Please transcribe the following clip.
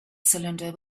cylinder